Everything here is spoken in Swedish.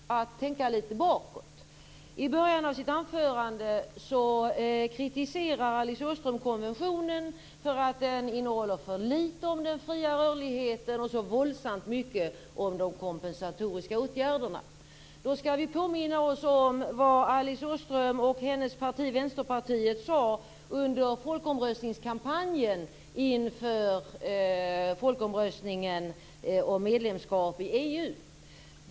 Fru talman! När man lyssnar på Alice Åström finns det skäl att tänka litet bakåt. I början av sitt anförande kritiserar Alice Åström konventionen för att den innehåller för litet om de fria rörligheten och så våldsamt mycket om de kompensatoriska åtgärderna. Då skall vi påminna oss om vad Alice Åström och hennes parti, Vänsterpartiet, sade under folkomröstningskampanjen inför folkomröstningen om medlemskap i EU.